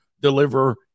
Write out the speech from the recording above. deliver